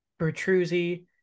Bertruzzi